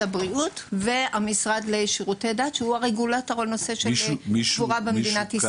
הבריאות והמשרד לשירותי דת שהוא הרגולטור לקבורה בישראל.